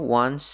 one